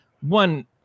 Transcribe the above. One